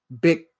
big